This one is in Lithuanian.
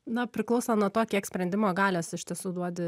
na priklauso nuo to kiek sprendimo galios iš tiesų duodi